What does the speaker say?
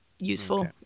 useful